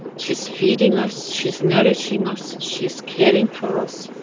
she's feeding us, she's nourishing us, she's caring for us.